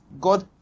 God